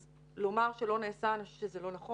אז לומר שלא נעשה, אני חושבת שזה לא נכון.